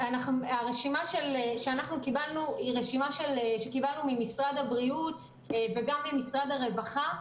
הרשימה שקיבלנו היא ממשרד הבריאות וגם ממשרד הרווחה,